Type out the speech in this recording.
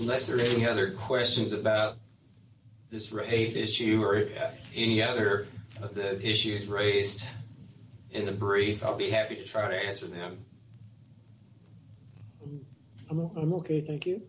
less or any other questions about this race issue or any other of the issues raised in a brief i'll be happy to try to answer them oh i'm ok thank you